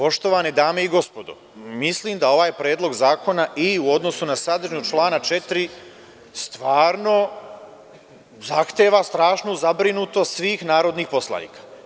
Poštovane dame i gospodo, mislim da ovaj predlog zakona i u odnosu na sadržinu člana 4. stvarno zahteva strašnu zabrinutost svih narodnih poslanika.